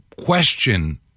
question